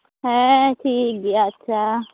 ᱦᱮᱸ ᱴᱷᱤᱠ ᱜᱮᱭᱟ ᱟᱪᱪᱷᱟ